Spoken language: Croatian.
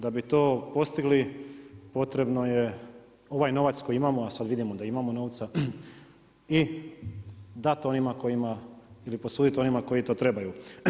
Da bi to postigli, potrebno je ovaj novac koji imamo, a sad vidimo da imamo novca i dati onima kojima, ili posuditi onima koji to trebaju.